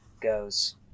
goes